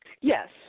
Yes